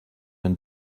and